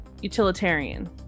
utilitarian